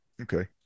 Okay